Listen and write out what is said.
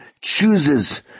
chooses